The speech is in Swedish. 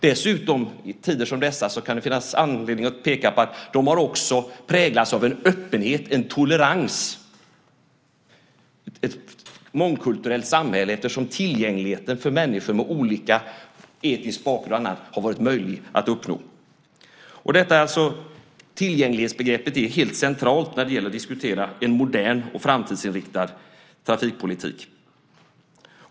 Dessutom kan det i tider som dessa finnas anledning att peka på att de också har präglats av öppenhet och tolerans, ett mångkulturellt samhälle, eftersom tillgängligheten för människor med olika etniska bakgrunder har varit möjlig att uppnå. Tillgänglighetsbegreppet är alltså helt centralt när man diskuterar en modern och framtidsinriktad trafikpolitik.